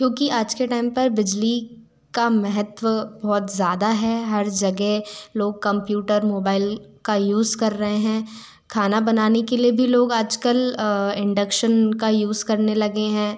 क्योंकि आज के टाइम पर बिजली का महत्व बहुत ज़्यादा है हर जगह लोग कंप्यूटर मोबाइल का यूज़ कर रहे हैं खाना बनाने के लिए भी लोग आजकल इंडक्शन का यूज़ करने लगे हैं